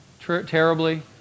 terribly